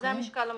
וזה המשקל המחייב.